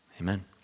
Amen